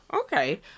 Okay